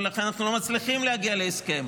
ולכן אנחנו לא מצליחים להגיע להסכם,